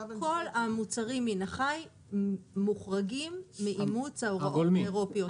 כל המוצרים מן החי מוחרגים מאימוץ ההוראות האירופיות.